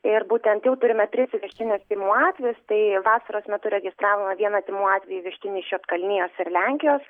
ir būtent jau turime tris įvežtinius tymų atvejus tai vasaros metu registravome vieną tymų atvejį įvežtinį iš juodkalnijos ir lenkijos